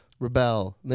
Rebel